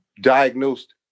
diagnosed